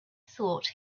thought